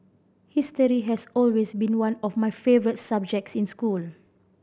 history has always been one of my favourite subjects in school